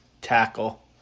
tackle